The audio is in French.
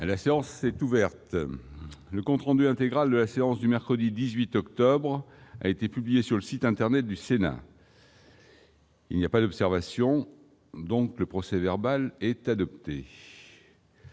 La séance est ouverte. Le compte rendu intégral de la séance du mercredi 18 octobre 2017 a été publié sur le site internet du Sénat. Il n'y a pas d'observation ?... Le procès-verbal est adopté.